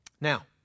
Now